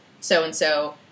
so-and-so